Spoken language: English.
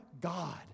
God